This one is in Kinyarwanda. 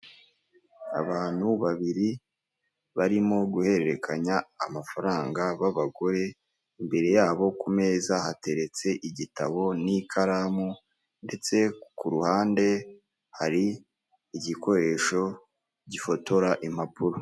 Abantu babiri barimo guhererekanya amafaranga babagore imbere yabo ku meza hateretse igitabo n'ikaramu ndetse ku ruhande hari igikoresho gifotora impapuro.